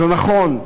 זה נכון,